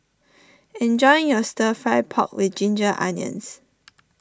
enjoy your Stir Fried Pork with Ginger Onions